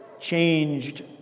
changed